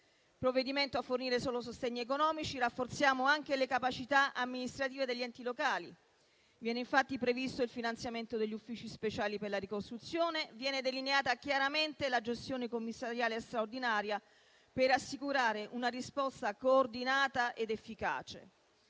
provvedimento, a fornire solo sostegni economici, ma rafforziamo anche le capacità amministrative degli enti locali. Viene infatti previsto il finanziamento degli Uffici speciali per la ricostruzione, viene delineata chiaramente la gestione commissariale straordinaria per assicurare una risposta coordinata ed efficace.